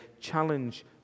challenge